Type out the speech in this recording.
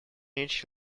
each